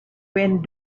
when